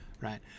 right